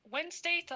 Wednesday